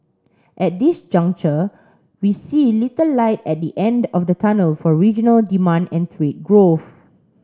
at this juncture we see little light at the end of the tunnel for regional demand and trade growth